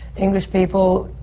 english people,